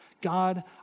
God